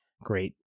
great